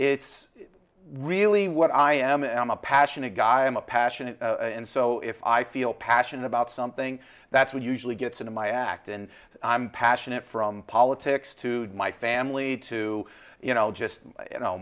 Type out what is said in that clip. it's really what i am and i'm a passionate guy i'm a passionate and so if i feel passionate about something that's what usually gets in my act and i'm passionate from politics to my family to you know just you know